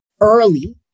early